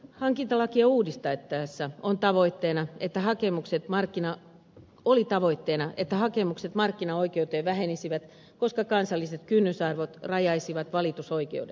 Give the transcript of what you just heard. hankintalaki uudistaa töissä on tavoitteena että hankintalakia uudistettaessa oli tavoitteena että hakemukset markkinaoikeuteen vähenisivät koska kansalliset kynnysarvot rajasivat valitusoikeuden